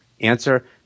Answer